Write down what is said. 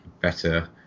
better